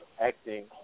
acting